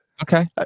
Okay